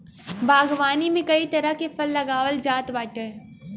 बागवानी में कई तरह के फल लगावल जात बाटे